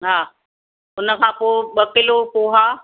हा हुनखां पोइ ॿ किलो पोहा